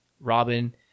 Robin